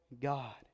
God